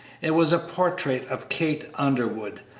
it was a portrait of kate underwood,